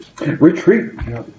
retreat